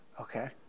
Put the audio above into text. Okay